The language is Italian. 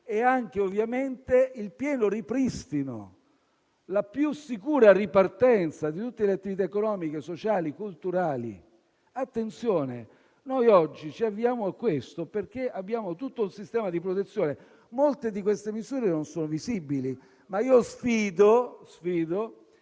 e anche ovviamente il pieno ripristino e la più sicura ripartenza di tutte le attività economiche, sociali e culturali. Attenzione: noi oggi ci avviamo a questo perché abbiamo tutto un sistema di protezione; molte delle misure non sono visibili, ma io vi sfido